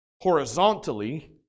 horizontally